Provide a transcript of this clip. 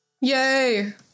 Yay